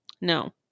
No